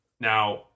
Now